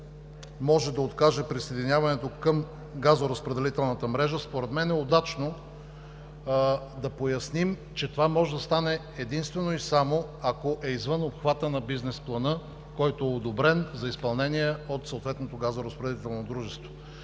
„може да откаже присъединяването към газоразпределителната мрежа“ според мен е удачно да поясним, че това може да стане единствено и само ако е „извън обхвата на бизнес плана, който е одобрен за изпълнение от съответното газоразпределително дружество“.